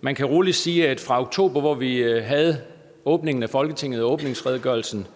Man kan rolig sige, at fra oktober, hvor vi havde åbningen af Folketinget og åbningsredegørelsen,